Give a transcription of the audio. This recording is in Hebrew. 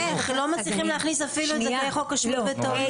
לא מצליחים להכניס אפילו את זכאי חוק השבות.